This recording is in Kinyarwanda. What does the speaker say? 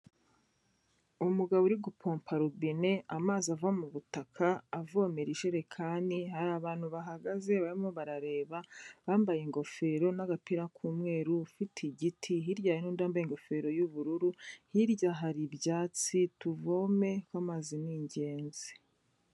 Umugabo uri gupompa robine amazi ava mu butaka, avomera ijerekani, hari abantu bahagaze barimo barareba bambaye ingofero n'agapira k'umweru ufite igiti, hirya hari n'undi wambaye ingofero y'ubururu, hirya hari ibyatsi, tuvome kuko amazi ni ingenzi.